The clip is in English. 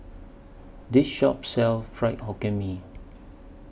This Shop sells Fried Hokkien Mee